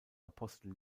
apostel